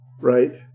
right